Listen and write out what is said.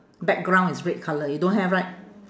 background is red colour you don't have right